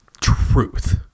truth